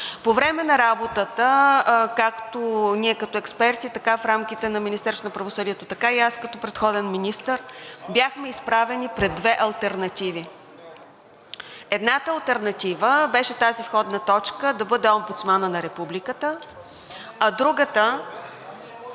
По време на работата както ние като експерти, така и в рамките на Министерството на правосъдието, така и аз като предходен министър бяхме изправени пред две алтернативи. Едната алтернатива беше тази входна точка да бъде Омбудсманът на Републиката, а другата…